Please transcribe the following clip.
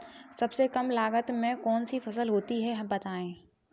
सबसे कम लागत में कौन सी फसल होती है बताएँ?